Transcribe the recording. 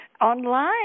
online